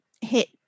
hit